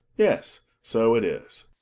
yes, so it is.